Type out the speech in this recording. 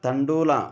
तण्डुलं